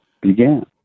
began